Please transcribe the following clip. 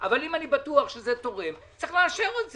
אבל אם אני בטוח שזה תורם, צריך לאשר את זה.